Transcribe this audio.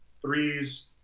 threes